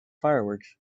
fireworks